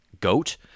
goat